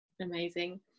amazing